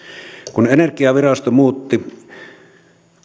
kun energiavirasto muutti